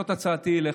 זאת הצעתי אליך.